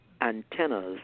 antennas